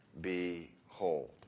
behold